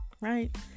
right